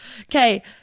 Okay